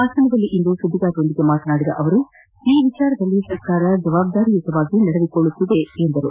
ಹಾಸನದಲ್ಲಿಂದು ಸುದ್ದಿಗಾರರೊಂದಿಗೆ ಮಾತನಾಡಿದ ಅವರು ವಿಷ್ಣುವರ್ಧನ್ ಈ ವಿಚಾರದಲ್ಲಿ ಸರ್ಕಾರ ಜವಾಬ್ದಾರಿಯುತವಾಗಿ ನಡೆದುಕೊಳ್ಳುತ್ತಿದೆ ಎಂದರು